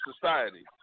society